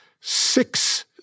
six